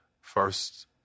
first